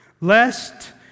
lest